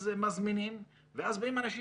אז מזמינים ואז באים אנשים.